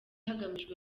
hagamijwe